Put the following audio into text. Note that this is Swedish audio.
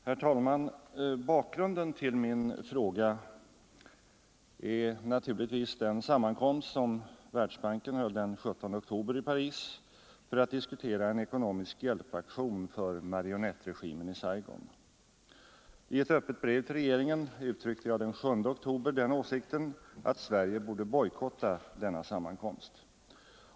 Herr talman! Bakgrunden till min fråga är naturligtvis den sammankomst som Världsbanken höll den 17 oktober i Paris för att diskutera en ekonomisk hjälpaktion för marionettregimen i Saigon. I ett öppet brev till regeringen uttryckte jag den 7 oktober den åsikten att Sverige borde bojkotta denna sammankomst.